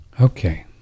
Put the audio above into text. Okay